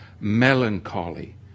Melancholy